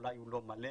אולי הוא לא מלא,